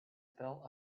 twelve